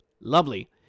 Lovely